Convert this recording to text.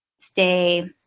stay